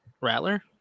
Rattler